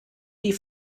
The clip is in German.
die